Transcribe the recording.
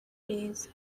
days